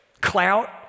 clout